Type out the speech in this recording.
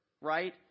right